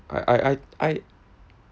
I I I I